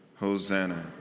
Hosanna